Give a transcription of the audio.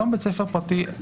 היום בית ספר פרטי,